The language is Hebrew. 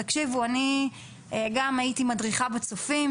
תקשיבו, אני גם הייתי מדריכה בצופים.